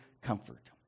comfort